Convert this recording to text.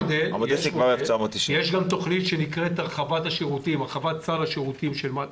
יש מודל ויש גם תוכנית שנקראת הרחבת סל השירותים של מד"א,